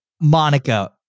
Monica